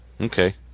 Okay